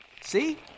see